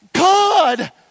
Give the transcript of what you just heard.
God